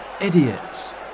idiots